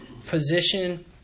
physician